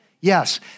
Yes